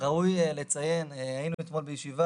גם לאחיות,